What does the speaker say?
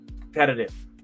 competitive